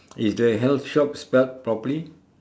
is the health shop spelt properly